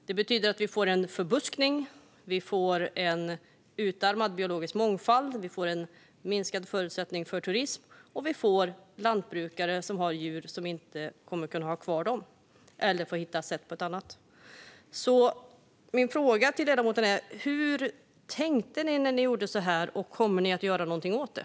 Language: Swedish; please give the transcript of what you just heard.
Det betyder att det blir en förbuskning, en utarmad biologisk mångfald och minskade förutsättningar för turism och lantbrukare som inte kan ha kvar sina djur. Hur tänkte ni när ni gjorde så här, och kommer ni att göra något åt det?